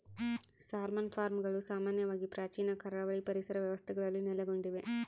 salmon ಫಾರ್ಮ್ಗಳು ಸಾಮಾನ್ಯವಾಗಿ ಪ್ರಾಚೀನ ಕರಾವಳಿ ಪರಿಸರ ವ್ಯವಸ್ಥೆಗಳಲ್ಲಿ ನೆಲೆಗೊಂಡಿವೆ